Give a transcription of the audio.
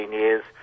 years